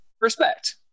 Respect